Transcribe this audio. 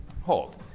hold